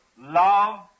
love